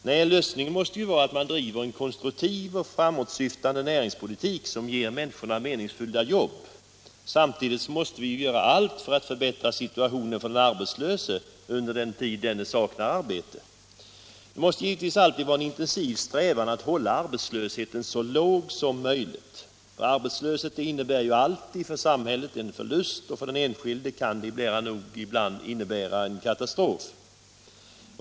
Nej, lösningen måste vara att man driver en konstruktiv och framåtsyftande näringspolitik, som ger människorna meningsfulla jobb. Samtidigt måste vi göra allt för att förbättra situationen för den arbetslöse under den tid denne saknar arbete. Det måste givetvis alltid vara en intensiv strävan att hålla arbetslösheten så låg som möjligt. Arbetslöshet innebär alltid för samhället en förlust, och för den enskilde kan den ibland nära nog innebära en katastrof.